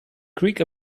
greek